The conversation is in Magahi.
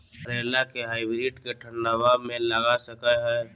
करेला के हाइब्रिड के ठंडवा मे लगा सकय हैय?